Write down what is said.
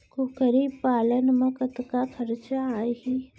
कुकरी पालन म कतका खरचा आही?